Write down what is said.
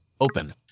Open